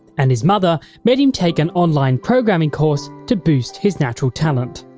and his mother made him take an online programming course to boost his natural talent.